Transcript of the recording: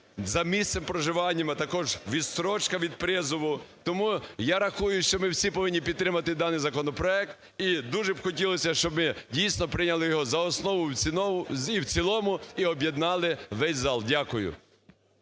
за місцем проживання, а також відстрочка від призову. Тому я рахую, що ми всі повинні підтримати даний законопроект і дуже хотілося б, щоб дійсно прийняли його за основу і в цілому, і об'єднали весь зал. Дякую.